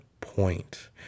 point